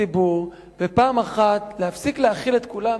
לציבור ופעם אחת להפסיק להאכיל את כולם